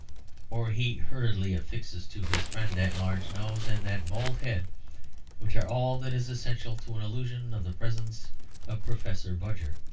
or he hurriedly affixes to his friend that large nose and that bald head which are all that is essential to an illusion of the presence of professor budger.